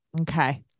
Okay